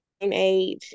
age